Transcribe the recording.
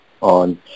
on